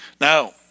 Now